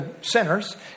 sinners